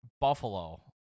Buffalo